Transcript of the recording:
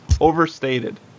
overstated